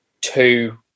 two